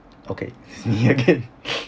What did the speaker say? okay it's me again